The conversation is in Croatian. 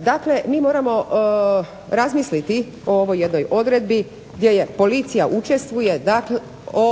Dakle mi moramo razmisliti o ovoj jednoj odredbi gdje policija učestvuje o